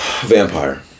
Vampire